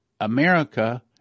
America